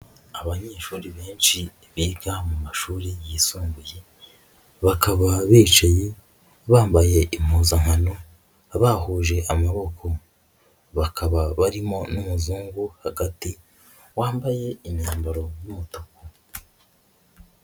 Abanyeshuri benshi biga mu mashuri yisumbuye, bakaba bicaye bambaye impuzankano, bahuje amaboko, bakaba barimo n'umuzungu hagati, wambaye imyambaro y'umutuku.